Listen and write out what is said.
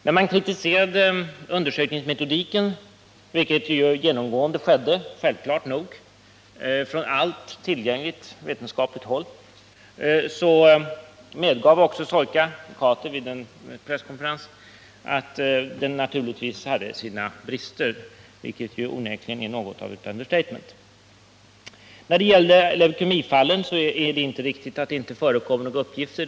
När man kritiserade undersökningsmetodiken — vilket, självklart nog, genomgående skedde på allt tillgängligt vetenskapligt håll — medgav också Soyka vid en presskonferens att den metodiken naturligtvis hade sina brister. Det är onekligen ett understatement. När det gäller leukemifallen är det inte riktigt att det inte förelåg några uppgifter om dem.